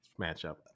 matchup